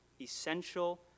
essential